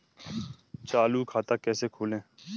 चालू खाता कैसे खोलें?